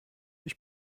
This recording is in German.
ich